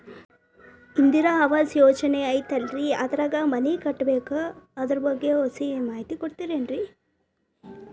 ಇಂದಿರಾ ಆವಾಸ ಯೋಜನೆ ಐತೇಲ್ರಿ ಅದ್ರಾಗ ಮನಿ ಕಟ್ಬೇಕು ಅದರ ಬಗ್ಗೆ ಒಸಿ ಮಾಹಿತಿ ಕೊಡ್ತೇರೆನ್ರಿ?